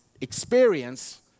experience